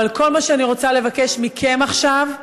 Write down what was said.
אבל כל מה שאני רוצה לבקש מכם עכשיו,